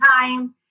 time